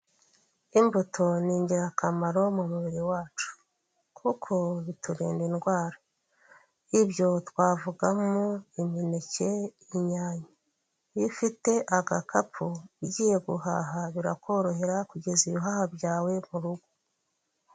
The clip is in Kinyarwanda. Imbuto ni ingirakamaro mu mubiri wacu. Kuko biturinda indwara. Ibyo twavugamo imineke, inyanya. Iyo ufite agakapu ugiye guhaha, birakorohera kugeza ibihaha byawe mu rugo.